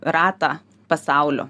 ratą pasaulio